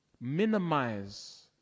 minimize